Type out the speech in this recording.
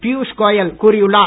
பியுஷ் கோயல் கூறியுள்ளார்